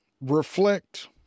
reflect